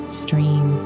stream